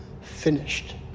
finished